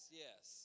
yes